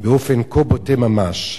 באופן כה בוטה ממש,